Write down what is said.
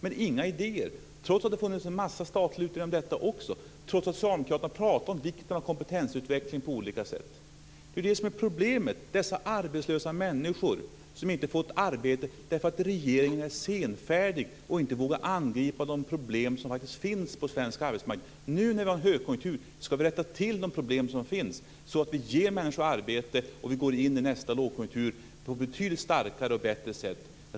Men det kom inga idéer, trots att det funnits en mängd statliga utredningar om också detta och trots att socialdemokraterna talat om vikten av kompetensutveckling på olika sätt. Problemet är dessa arbetslösa människor som inte fått arbete därför att regeringen är senfärdig och inte vågar angripa de problem som faktiskt finns på svensk arbetsmarknad. Nu när vi har högkonjunktur ska vi rätta till de problem som finns så att vi ger människor arbete och går in i nästa lågkonjunktur på ett betydligt starkare och bättre sätt.